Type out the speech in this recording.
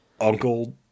uncle